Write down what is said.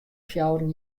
fjouweren